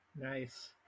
Nice